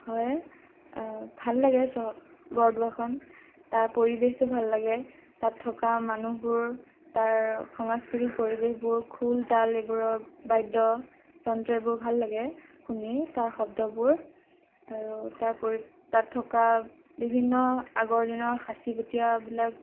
হয় ভাল লাগে বৰদোৱাখন তাৰ পৰিৱেশটো ভাল লাগে তাত থকা মানুহবোৰ তাৰ সাংস্কৃতিক পৰিৱেশবোৰ খোল তাল এইবোৰৰ বাদ্যযন্ত্ৰ এইবোৰ ভাল লাগে শুনি তাৰ শব্দবোৰ আৰু তাৰোপৰি তাত থকা বিভিন্ন আগৰ দিনৰ সাচিপতীয়াবিলাক